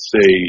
say